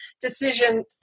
decision